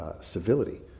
civility